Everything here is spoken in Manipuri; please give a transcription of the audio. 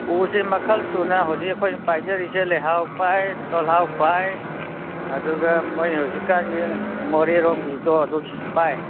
ꯎꯁꯦ ꯃꯈꯜ ꯁꯨꯅ ꯍꯧꯖꯤꯛ ꯑꯩꯈꯣꯏꯅ ꯄꯥꯏꯖꯔꯤꯁꯦ ꯂꯩꯍꯥꯎ ꯄꯥꯏ ꯇꯣꯜꯍꯥꯎ ꯄꯥꯏ ꯑꯗꯨꯒ ꯃꯈꯣꯏ ꯍꯧꯖꯤꯛ ꯀꯥꯟꯒꯤ ꯃꯣꯔꯦꯔꯣꯝꯒꯤꯗꯣ ꯑꯗꯨꯒꯤꯁꯨ ꯄꯥꯏ